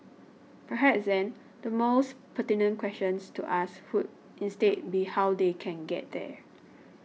perhaps then the mores pertinent question to ask who instead be how they can get there